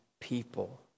people